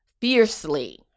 fiercely